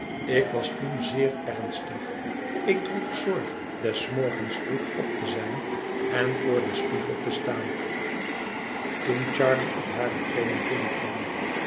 ik was toen zeer ernstig ik droeg zorg des morgens vroeg op te zijn en voor den spiegel te staan toen charley op hare teenen binnenkwam